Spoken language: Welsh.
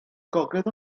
gogledd